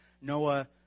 Noah